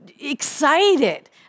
excited